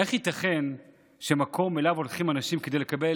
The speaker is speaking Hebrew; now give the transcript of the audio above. איך ייתכן שמקום שאליו הולכים אנשים כדי לקבל